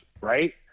Right